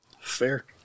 Fair